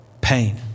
Pain